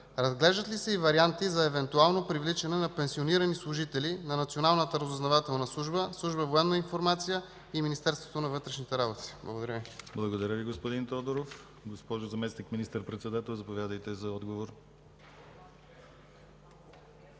Разглеждат ли се варианти за евентуално привличане на пенсионирани служители на Националната разузнавателна служба, Служба „Военна информация” и Министерството на вътрешните работи? Благодаря Ви. ПРЕДСЕДАТЕЛ ДИМИТЪР ГЛАВЧЕВ: Благодаря Ви, господин Тодоров. Госпожо Заместник министър-председател, заповядайте за отговор.